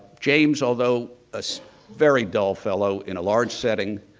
james, although as very dull fellow in a large setting,